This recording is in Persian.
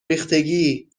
ریختگی